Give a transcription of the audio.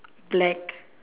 black